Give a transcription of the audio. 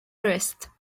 arrest